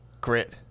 Grit